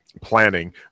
planning